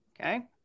Okay